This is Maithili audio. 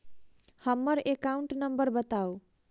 हम्मर एकाउंट नंबर बताऊ?